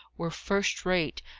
were first-rate,